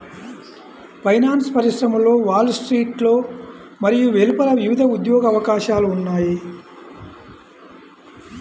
finance పరిశ్రమలో Wall స్ట్రీట్లో మరియు వెలుపల వివిధ ఉద్యోగ అవకాశాలు ఉన్నాయి